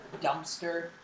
dumpster